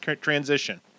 transition